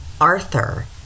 Arthur